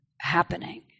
happening